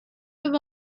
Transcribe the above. have